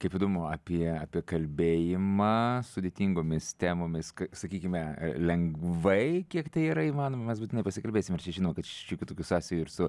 kaip įdomu apie apie kalbėjimą sudėtingomis temomis k sakykime lengvai kiek tai yra įmanoma mes būtinai pasikalbėsim ir čia žinom kad šiokių tokių sąsajų ir su